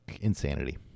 insanity